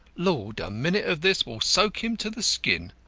lord, a minute of this will soak him to the skin.